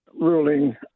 ruling